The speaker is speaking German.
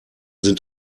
sind